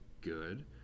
good